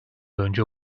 önce